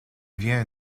devient